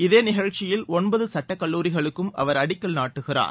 இதேநிகழ்ச்சியில் ஒன்பதுசட்டக்கல்லூரிகளுக்கும் அவர் அடிக்கல் நாட்டுகிறார்